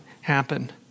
happen